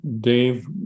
Dave